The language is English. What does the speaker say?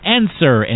answer